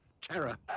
terror